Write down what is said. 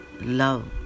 love